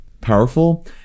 powerful